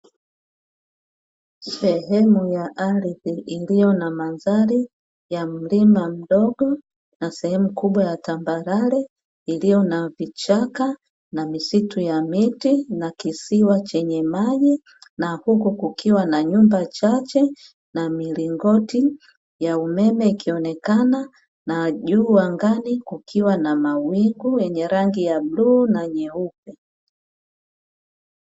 Sehemu ya ardhi iliyo na madhari ya mlima mdogo na sehemu kubwa ya tambarare, iliyo na vichaka na misitu ya miti na kisiwa chenye maji, na huku kukiwa na nyumba chache na milingoti ya umeme ikionekana najuu angani kukiwa na mawingu yenye rangi ya bluu na nyeupe.